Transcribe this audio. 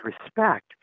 respect